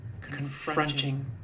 confronting